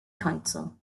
council